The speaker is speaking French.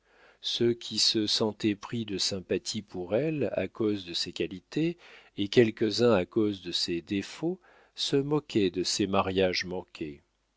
ceux qui se sentaient pris de sympathie pour elle à cause de ses qualités et quelques-uns à cause de ses défauts se moquaient de ses mariages manqués